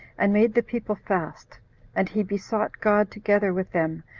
and made the people fast and he besought god, together with them,